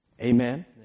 Amen